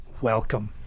Welcome